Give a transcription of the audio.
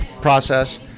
process